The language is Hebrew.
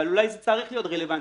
אבל אולי זה צריך להיות רלוונטי.